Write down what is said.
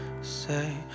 say